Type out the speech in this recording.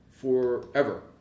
forever